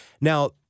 Now